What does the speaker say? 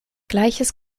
gleiches